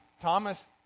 Thomas